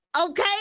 Okay